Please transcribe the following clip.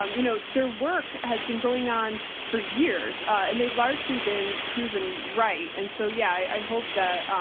um you know, their work has been going on for years, and they've largely been proven right. and so yeah, i hope that,